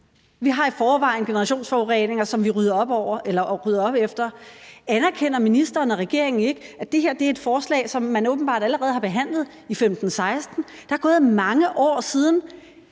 Vi har i forvejen generationsforureninger, som vi rydder op efter. Anerkender ministeren og regeringen ikke, at det her er et forslag, som man åbenbart allerede har behandlet i 2015-16? Der er gået mange år siden,